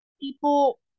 people